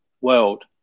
world